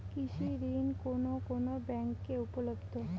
কৃষি ঋণ কোন কোন ব্যাংকে উপলব্ধ?